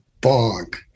bog